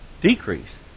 decrease